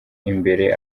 imbere